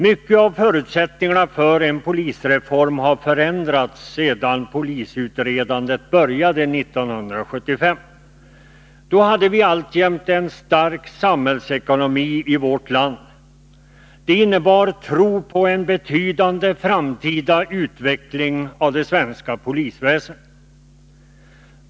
Mycket av förutsättningarna för en polisreform har förändrats sedan utredningen påbörjades 1975. Då hade vi alltjämt en stark samhällsekonomi i vårt land. Det innebar tro på en betydande framtida utveckling av det svenska polisväsendet.